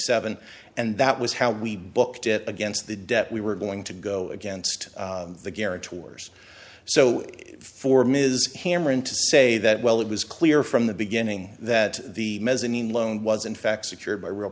seven and that was how we booked it against the debt we were going to go against the guarantors so form is hammering to say that well it was clear from the beginning that the mezzanine loan was in fact secured by real